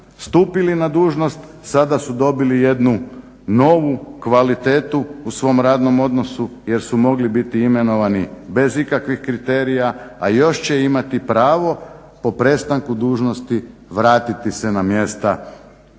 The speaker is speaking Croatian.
stupili na dužnost sada su dobili jednu novu kvalitetu u svom radnom odnosu jer su mogli biti imenovani bez ikakvih kriterija, a još će imati prav po prestanku dužnosti vratiti se na mjesta